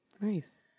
Nice